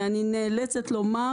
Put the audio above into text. ואני נאלצת לומר: